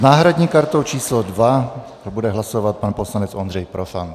S náhradní kartou číslo 2 bude hlasovat pan poslanec Ondřej Profant.